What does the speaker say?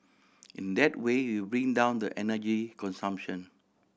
in that way we bring down the energy consumption